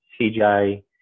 CGI